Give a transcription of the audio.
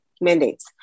mandates